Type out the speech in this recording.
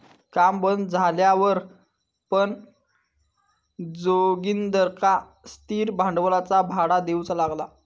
काम बंद झाल्यावर पण जोगिंदरका स्थिर भांडवलाचा भाडा देऊचा लागला